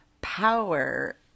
power